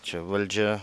čia valdžia